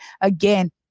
again